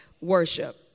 worship